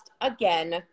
again